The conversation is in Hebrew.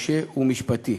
אי-אפשר ועדה משותפת,